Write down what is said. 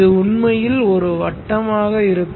இது உண்மையில் ஒரு வட்டமாக இருக்கும்